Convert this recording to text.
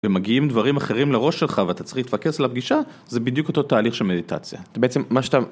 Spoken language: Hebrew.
ומגיעים דברים אחרים לראש שלך ואתה צריך להתפקס על הפגישה זה בדיוק אותו תהליך של מדיטציה כי בעצם מה שאתה...